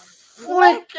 flick